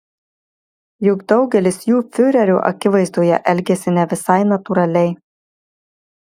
juk daugelis jų fiurerio akivaizdoje elgiasi ne visai natūraliai